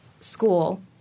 school